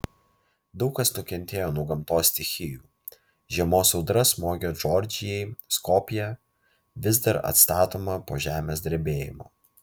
daug kas nukentėjo nuo gamtos stichijų žiemos audra smogė džordžijai skopjė vis dar atstatoma po žemės drebėjimo